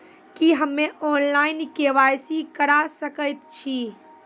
की हम्मे online, KYC करा सकैत छी?